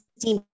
team